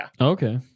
Okay